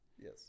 Yes